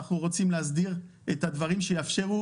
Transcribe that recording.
אנחנו רוצים להסדיר את הדברים שיאפשרו